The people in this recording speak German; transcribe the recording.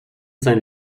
sein